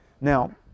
Now